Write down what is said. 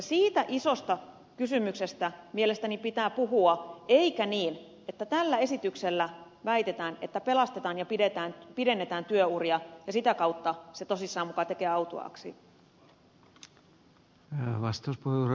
siitä isosta kysymyksestä mielestäni pitää puhua eikä niin että väitetään että tällä esityksellä pelastetaan ja pidennetään työuria ja sitä kautta se tosissaan muka tekee autuaaksi